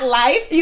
life